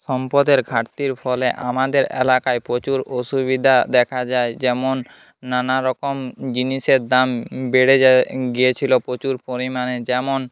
সম্পদের ঘাটতির ফলে আমাদের এলাকায় প্রচুর অসুবিধা দেখা যায় যেমন নানারকম জিনিসের দাম বেড়ে গিয়েছিলো প্রচুর পরিমাণে যেমন